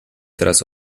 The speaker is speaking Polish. teraz